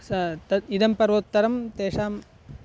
सः तत् इदं पर्वोत्तरं तेषाम्